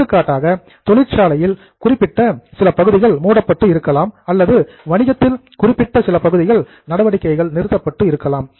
எடுத்துக்காட்டாக தொழிற்சாலையில் குறிப்பிட்ட சில பகுதிகள் மூடப்பட்டு இருக்கலாம் அல்லது வணிகத்தில் குறிப்பிட்ட சில பகுதிகள் நடவடிக்கைகள் நிறுத்தப்பட்டு இருக்கலாம்